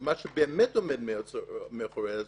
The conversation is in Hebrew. מה שבאמת עומד מאחורי ההצעה,